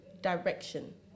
direction